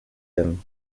them